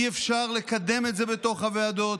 אי-אפשר לקדם את זה בתוך הוועדות,